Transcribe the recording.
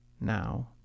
now